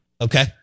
Okay